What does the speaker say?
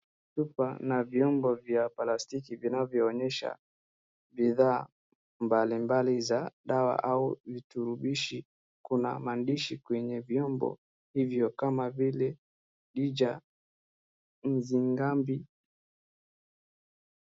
Chupa na vyombo vya plastiki vinavyoonyesha bidhaa mbalimbali za dawa au viturubishi. Kuna maandishi kwenye vyombo hivyo kama vile 'Deja', 'Nzegambi'.